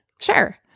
Sure